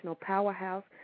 Powerhouse